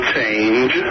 change